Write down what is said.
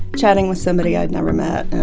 chatting with somebody i'd never met,